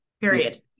period